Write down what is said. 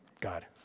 God